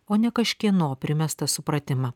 o ne kažkieno primestą supratimą